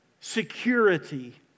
security